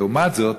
לעומת זאת,